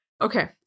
Okay